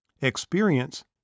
Experience